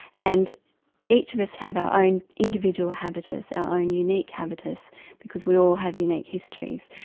and each of us have our own individual habitus, our own unique habitus because we all have unique histories.